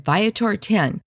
Viator10